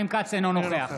אינו נוכח